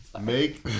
Make